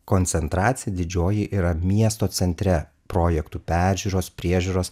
koncentraci didžioji yra miesto centre projektų peržiūros priežiūros